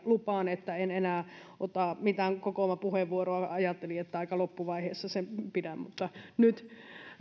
lupaan että en enää ota mitään kokoomapuheenvuoroa ajattelin että aika loppuvaiheessa sen pidän mutta nyt